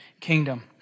kingdom